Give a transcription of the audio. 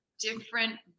different